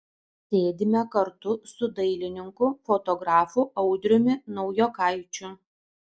sėdime kartu su dailininku fotografu audriumi naujokaičiu